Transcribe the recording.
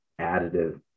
additive